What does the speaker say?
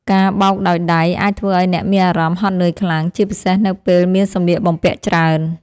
ការបោកដោយដៃអាចធ្វើឱ្យអ្នកមានអារម្មណ៍ហត់នឿយខ្លាំង ជាពិសេសនៅពេលមានសម្លៀកបំពាក់ច្រើន។